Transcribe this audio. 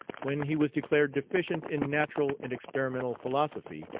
when he was declared deficient in natural and experimental philosophy,